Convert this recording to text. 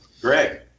Greg